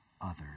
others